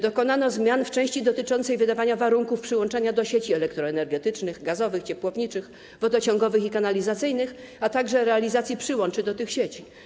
Dokonano zmian w części dotyczącej wydawania warunków przyłączenia do sieci elektroenergetycznych, gazowych, ciepłowniczych, wodociągowych i kanalizacyjnych, a także realizacji przyłączy do tych sieci.